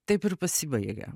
taip ir pasibaigė